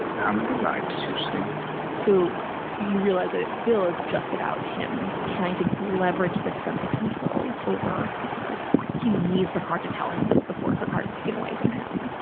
how many lives you see so you realize that it still is just about him trying to leverage the sense of control over a card he needs for card to tell him this before her card is taken away from him.